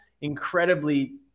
incredibly